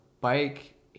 bike